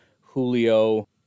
Julio